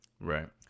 Right